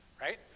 right